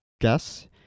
guess